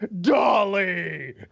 dolly